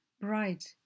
bright